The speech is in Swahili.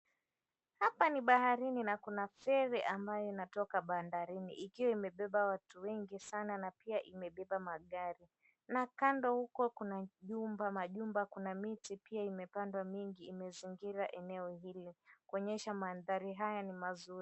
Hapa ni baharini na kuna ferry ambayo inatoka bandarini ikiwa imebeba watu wengi sana na pia imebeba magari na kando huko kuna jumba, majumba, miti pia imepandwa nyingi imezingira eneo hili kuonyesha mandhari haya ni mazuri.